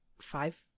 five